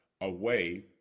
away